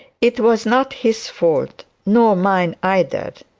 it was not his fault nor mine either.